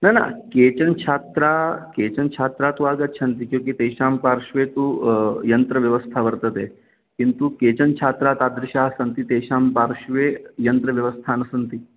न न केचन छात्राः केचन छात्राः तु आगच्छन्ति क्यूंकि तेषां पार्श्वे तु यन्त्रव्यवस्था वर्तते किन्तु केचन छात्राः तादृशाः सन्ति तेषां पार्श्वे यन्त्रव्यवस्था न सन्ति